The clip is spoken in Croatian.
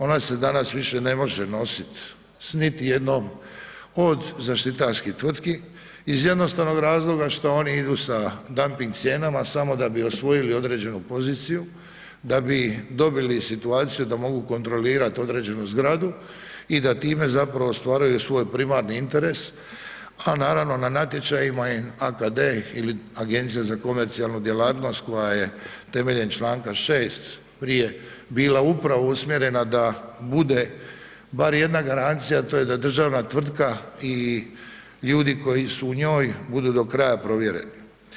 Ona se danas više ne može nositi s niti jednom od zaštitarskih tvrtki iz jednostavnog razloga šta oni idu sa dumping cijenama samo da bi osvojili određenu poziciju, da bi dobili situaciju da mogu kontrolirati određenu zgradu i da time zapravo stvaraju svoj privatni interes, a naravno na natječajima im AKD ili Agencija za komercijalnu djelatnost koja je temeljem članka 6. prije bila upravo usmjerena da bude bar jedna garancija, a to je da državna tvrtka i ljudi koji su u njoj budu do kraja provjereni.